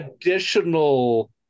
additional